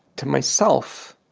to myself,